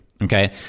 Okay